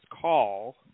call